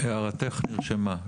הערתך נרשמה,